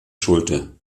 schulte